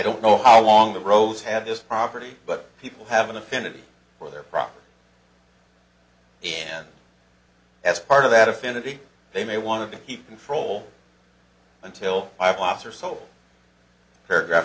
don't know how long the rows have this property but people have an affinity for their property and as part of that affinity they may want to keep control until five watts or so paragraph